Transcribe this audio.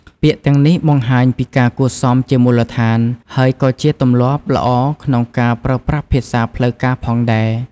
ពាក្យទាំងនេះបង្ហាញពីការគួរសមជាមូលដ្ឋាន ហើយក៏ជាទម្លាប់ល្អក្នុងការប្រើប្រាស់ភាសាផ្លូវការផងដែរ។